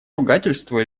ругательство